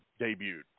debuted